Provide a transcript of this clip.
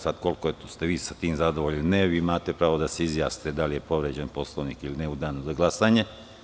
Sada, koliko ste vi sa tim zadovoljni ili ne, imate pravo da se izjasnite da li je povređen Poslovnik ili ne u danu za glasanje.